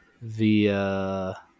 via –